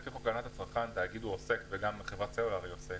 לפי חוק הגנת הצרכן התאגיד הוא עוסק וגם חברת הסלולר היא עוסק,